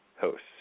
hosts